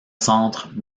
centre